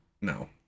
No